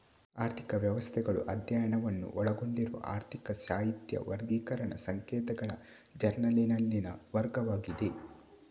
ಆರ್ಥಿಕ ವ್ಯವಸ್ಥೆಗಳು ಅಧ್ಯಯನವನ್ನು ಒಳಗೊಂಡಿರುವ ಆರ್ಥಿಕ ಸಾಹಿತ್ಯ ವರ್ಗೀಕರಣ ಸಂಕೇತಗಳ ಜರ್ನಲಿನಲ್ಲಿನ ವರ್ಗವಾಗಿದೆ